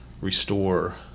Restore